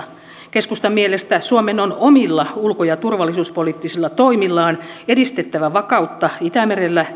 keskustan mielestä suomen on omilla ulko ja turvallisuuspoliittisilla toimillaan edistettävä vakautta itämerellä